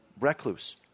Recluse